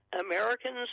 Americans